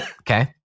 Okay